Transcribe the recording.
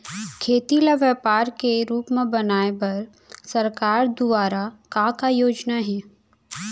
खेती ल व्यापार के रूप बनाये बर सरकार दुवारा का का योजना हे?